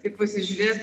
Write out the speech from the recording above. taip pasižiūrėt